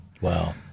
Wow